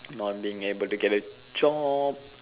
not being able to get a job